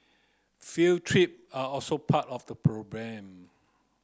field trip are also part of the program